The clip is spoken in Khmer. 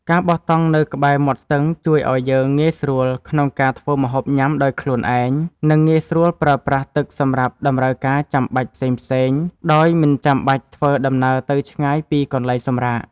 ការបោះតង់នៅក្បែរមាត់ស្ទឹងជួយឱ្យយើងងាយស្រួលក្នុងការធ្វើម្ហូបញ៉ាំដោយខ្លួនឯង និង ងាយស្រួលប្រើប្រាស់ទឹកសម្រាប់តម្រូវការចាំបាច់ផ្សេងៗដោយមិនបាច់ធ្វើដំណើរទៅឆ្ងាយពីកន្លែងសម្រាក។